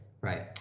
Right